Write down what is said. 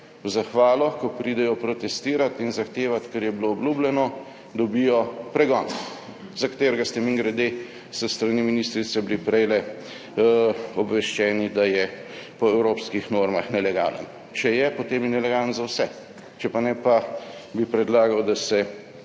v zahvalo, ko pridejo protestirat in zahtevat, kar je bilo obljubljeno, dobijo pregon, za katerega ste, mimogrede, s strani ministrice bili prej obveščeni, da je po evropskih normah nelegalen. Če je, potem je nelegalen za vse. Če pa ne, pa bi predlagal, da se